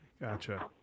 Gotcha